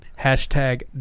Hashtag